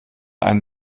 einen